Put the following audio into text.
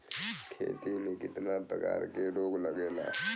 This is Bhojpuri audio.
खेती में कितना प्रकार के रोग लगेला?